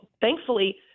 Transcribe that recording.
thankfully